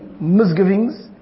misgivings